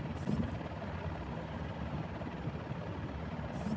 snake gourd অর্থাৎ চিচিঙ্গা হল একটি পুষ্টিকর সবজি যা আমরা খেয়ে থাকি